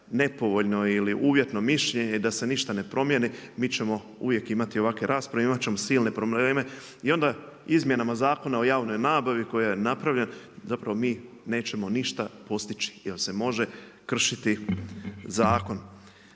nepovoljno ili uvjetno mišljenje i da se ništa ne promijeni mi ćemo uvijek imati ovakve rasprave. Imat ćemo silne probleme. I onda izmjenama Zakona o javnoj nabavi koja je napravljena zapravo mi nećemo ništa postići jer se može kršiti zakon.